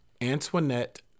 Antoinette